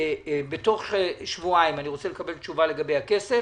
בתוך שבועיים אני רוצה לקבל תשובה לגבי הכסף